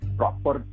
proper